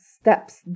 steps